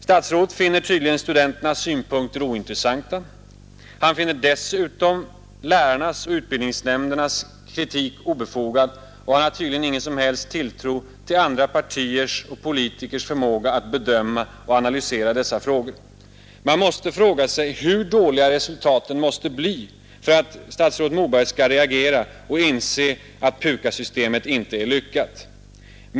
Statsrådet finner tydligen studenternas synpunkter ointressanta. Han finner dessutom lärarnas och utbildningsnämndernas kritik obefogad, och han har tydligen ingen som helst tilltro till andra partiers och politikers förmåga att bedöma och analysera dessa frågor. Man frågar sig hur dåliga resultaten måste bli för att statsrådet Moberg skall reagera och inse att PUKAS-systemet inte är lyckat.